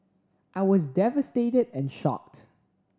I was devastated and shocked